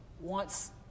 wants